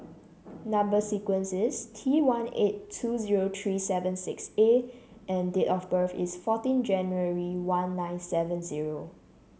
number sequence is T one eight two zero three seven six A and date of birth is fourteen January one nine seven zero